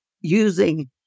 using